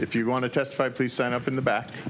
if you want to testify please stand up in the back